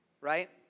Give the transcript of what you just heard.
right